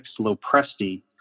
Lopresti